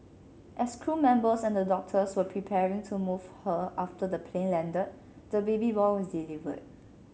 as crew members and the doctors were preparing to move her after the plane landed the baby boy was delivered